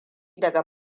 daga